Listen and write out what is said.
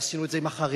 עשינו את זה עם החרדים,